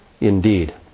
indeed